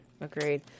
agreed